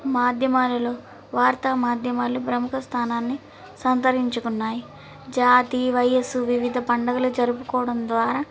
మాధ్యమాలలో వార్తా మాధ్యమాలు ప్రముఖస్థానాన్ని సంతరించుకున్నాయి జాతి వయసు వివిధ పండగలు జరుపుకోవడం ద్వారా